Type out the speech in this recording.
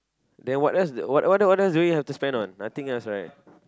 then what else what else do we have to spend on nothing else right